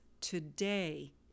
today